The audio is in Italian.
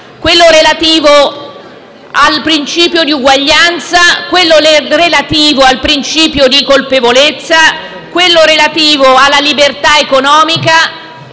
quello relativo al principio di uguaglianza, quello relativo al principio di colpevolezza, quello relativo alla libertà economica